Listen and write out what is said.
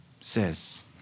says